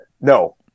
No